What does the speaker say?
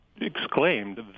exclaimed